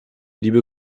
liebe